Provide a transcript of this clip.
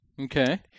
Okay